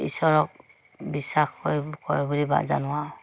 ঈশৰক বিশ্বাস কৰে বুলি জানো আৰু